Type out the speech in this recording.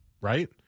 right